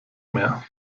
mehr